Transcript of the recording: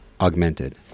Augmented